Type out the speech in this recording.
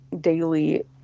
daily